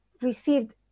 received